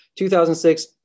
2006